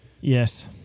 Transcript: Yes